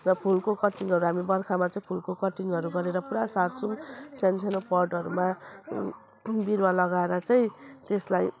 र फुलको कटिङहरू हामी बर्खामा चाहिँ फुलको कटिङहरू गरेर पुरा सार्छौँ सानो सानो पटहरूमा बिरुवा लगाएर चाहिँ त्यसलाई